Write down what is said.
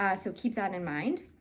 ah so keep that in mind.